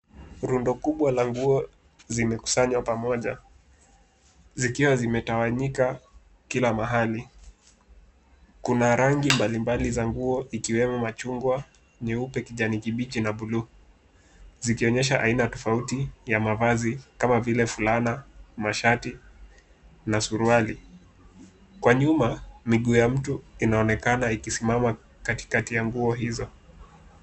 Rundo kubwa la nguo zimekusanywa pamoja, zikiwa zimetawanyika kila mahali. Kuna rangi mbalimbali za nguo ikiwemo machungwa, nyeupe, kijani kibichi na bluu zikionyesha aina tofauti ya mavazi kama vile fulana, mashati na suruali. Kwa nyuma, miguu ya mtu inaonekana ikisimama katikati ya nguo hizo.